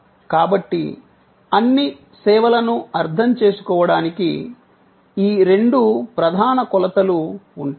కాబట్టి అన్ని సేవలను అర్థం చేసుకోవడానికి ఈ రెండు ప్రధాన కొలతలు ఉంటాయి